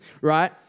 right